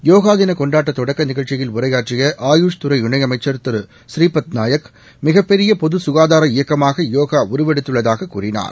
யோகா தின கொண்டாட்ட தொடக்க நிகழ்ச்சியில் உரையாற்றிய ஆயுஷ் துறை இணை அமைச்ச் திரு ஸ்ரீபத் நாயக் மிகப்பெரிய பொது சுகாதார இயக்கமாக யோகா உருவெடுத்துள்ளதாகக் கூறினார்